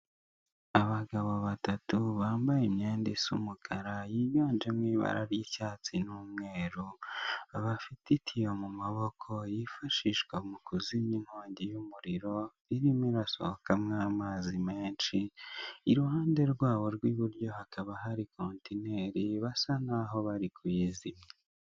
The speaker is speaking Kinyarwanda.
Abagabo batatu bambaye imyenda isa umukara, yiganjemo ibara ry'icyatsi n'umweru, bafite itiyo mu maboko, yifashishwa mu kuzimya inkongi y'umuriro, irimo irasohokamo amazi menshi, iruhande rwabo rw'iburyo hakaba hari kontineri, basa nk'aho bari kuyizimya.